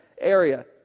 area